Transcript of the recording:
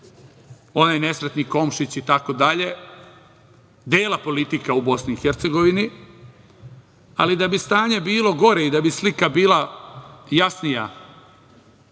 onaj nesretni Komšić itd, dela politike u BiH. Ali, da bi stanje bilo gore i da bi slika bila jasnija,